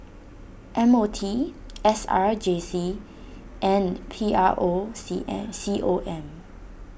M O T S R J C and P R O C M C O M